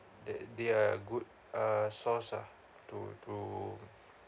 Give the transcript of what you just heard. that they are good uh source ah to to